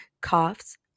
coughs